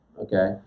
Okay